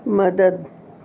مدد